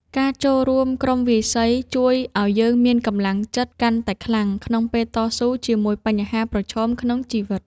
ការចូលរួមក្រុមវាយសីជួយឱ្យយើងមានកម្លាំងចិត្តកាន់តែខ្លាំងក្នុងការតស៊ូជាមួយបញ្ហាប្រឈមក្នុងជីវិត។